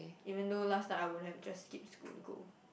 even though last night I would have just skip school to go